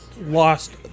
lost